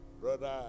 Brother